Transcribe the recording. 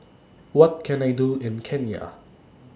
What Can I Do in Kenya